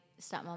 stepmom